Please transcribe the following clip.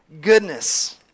goodness